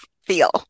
feel